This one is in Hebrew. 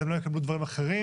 אז הם לא יקבלו דברים אחרים.